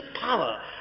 power